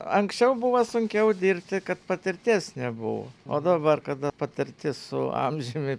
anksčiau buvo sunkiau dirbt kad patirties nebuvo o dabar kada patirtis su amžiumi